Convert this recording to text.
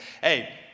hey